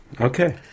Okay